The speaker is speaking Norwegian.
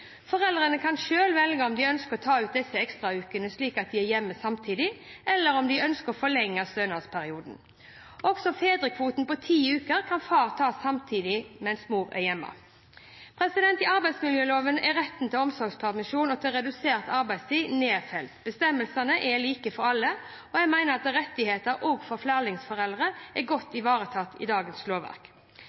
Foreldrene kan selv velge om de ønsker å ta ut disse ekstraukene slik at de er hjemme samtidig, eller om de ønsker å forlenge stønadsperioden. Også fedrekvoten på ti uker kan far ta samtidig som mor er hjemme. I arbeidsmiljøloven er retten til omsorgspermisjon og til redusert arbeidstid nedfelt, og bestemmelsene er like for alle. Jeg mener rettighetene, også for flerlingforeldre, er godt ivaretatt i dagens lovverk.